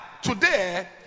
Today